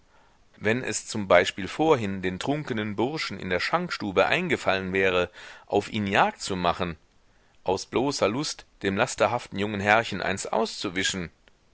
wenn es zum beispiel vorhin den trunkenen burschen in der schankstube eingefallen wäre auf ihn jagd zu machen aus bloßer lust dem lasterhaften jungen herrchen eins auszuwischen